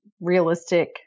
realistic